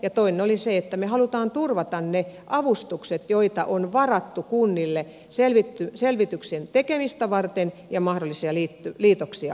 toinen oli se että me haluamme turvata ne avustukset joita on varattu kunnille selvityksen tekemistä varten ja mahdollisia liitoksia varten